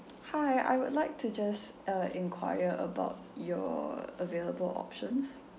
hi I would like to just uh enquire about your available options